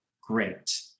great